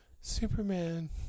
Superman